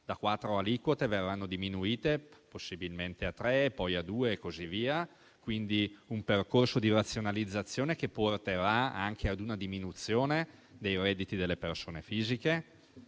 le quattro aliquote verranno diminuite possibilmente a tre, poi a due e così via. Quindi, si tratta di un percorso di razionalizzazione che porterà anche a una diminuzione delle imposte sui redditi delle persone fisiche.